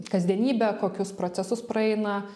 kasdienybę kokius procesus praeina